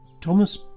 Thomas